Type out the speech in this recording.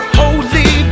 holy